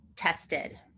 tested